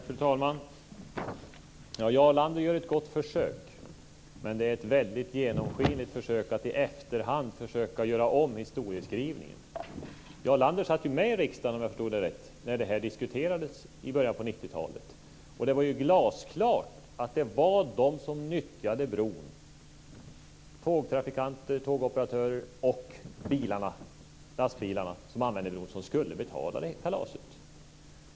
Fru talman! Jarl Lander gör ett gott försök. Men det är ett väldigt genomskinligt försök att i efterhand försöka göra om historieskrivningen. Om jag förstod det rätt satt ju Jarl Lander med i riksdagen när det här diskuterades i början på 1990-talet. Då var det glasklart att det var de som nyttjade bron - tågtrafikanter, tågoperatörer och lastbilar - som skulle betala kalaset.